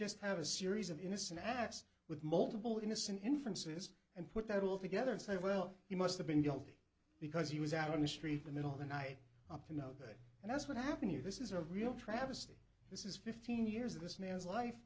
just have a series of innocent acts with multiple innocent inferences and put that all together and say well you must have been guilty because he was out on the street the middle of the night up you know that and that's what happened you this is a real travesty this is fifteen years of this man's life